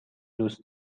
دوست